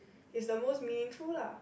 is the most meaningful lah